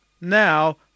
now